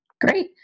Great